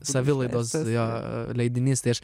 savilaidos jo leidinys tai aš